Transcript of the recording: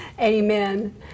Amen